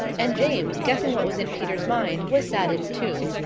and james, guessing what was in peter's mind, was saddened too.